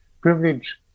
Privilege